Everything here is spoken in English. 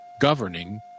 governing